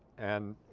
and